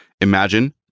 Imagine